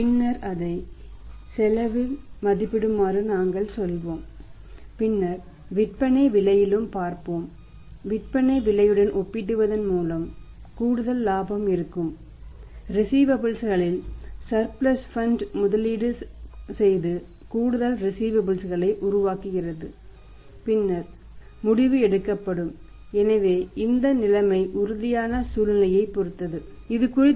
பின்னர் அதை செலவு மதிப்பிடும்மாறு நாங்கள் செல்வோம் பின்னர் விற்பனை விலையிலும் பார்ப்போம் விற்பனை விலையுடன் ஒப்பிடுவதன் மூலம் கூடுதல் இலாபம் இருக்கும்